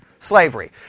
Slavery